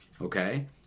Okay